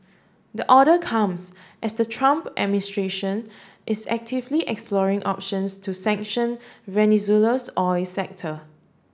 the order comes as the Trump administration is actively exploring options to sanction Venezuela's oil sector